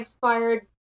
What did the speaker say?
fired